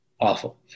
awful